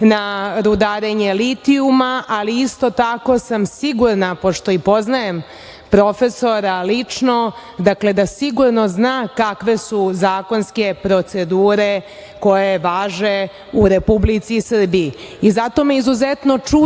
na rudarenje litijuma, ali isto tako sam sigurna, pošto i poznajem profesora lično, dakle, da sigurno zna kakve su zakonske procedure koje važe u Republici Srbiji. Zato me izuzetno čudi